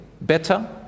better